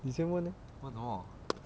你先问